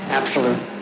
absolute